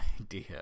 idea